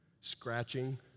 scratching